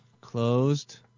closed